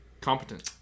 competent